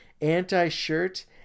anti-shirt